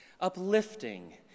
uplifting